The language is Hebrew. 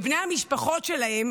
ובני המשפחות שלהם